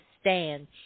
stand